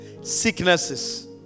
Sicknesses